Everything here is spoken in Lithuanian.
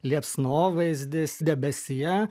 liepsnovaizdis debesyje